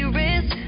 risk